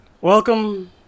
Welcome